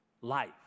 life